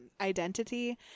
identity